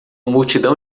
multidão